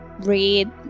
read